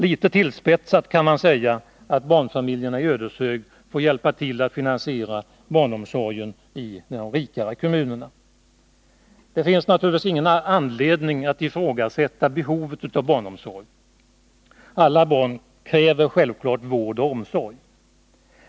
Litet tillspetsat kan man säga att barnfamiljerna i Ödeshög får hjälpa till att finansiera barnomsorgen i de rikare kommunerna. Det finns naturligtvis ingen anledning att ifrågasätta behovet av barnomsorg. Alla barn kräver självfallet vård och omsorg.